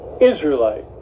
Israelite